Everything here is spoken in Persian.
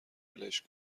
ولش